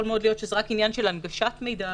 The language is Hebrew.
יכול מאוד להיות שזה רק עניין של הנגשת מידע